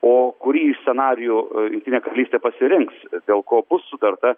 o kurį iš scenarijų jungtinė karalystė pasirinks dėl ko bus sutarta